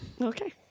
Okay